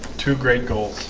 to grade goals